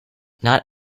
not